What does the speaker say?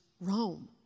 Rome